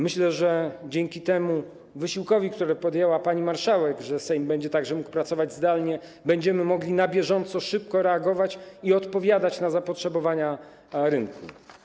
Myślę, że dzięki temu wysiłkowi, który podjęła pani marszałek, polegającemu na tym, że Sejm będzie także mógł pracować zdalnie, będziemy mogli na bieżąco szybko reagować i odpowiadać na zapotrzebowania rynku.